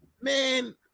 man